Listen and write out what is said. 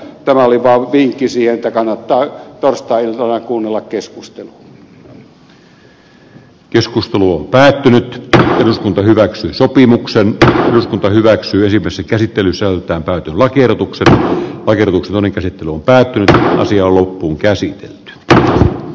tämä oli vaan vinkki siihen että kannattaa torstai iltana kuunnella keskustelu päättyy tänään hyväksyi sopimuksen takia eduskunta hyväksyisi vesikäsittelyselta on lakiehdotuksen vai luustoni käsittelu päättynyt jo loppuun käsi tönäisi